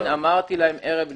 כן, אמרתי להם ערב לפני,